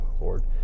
Lord